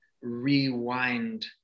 rewind